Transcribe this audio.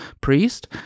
priest